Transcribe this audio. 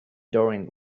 during